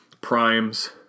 Primes